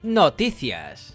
noticias